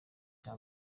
cya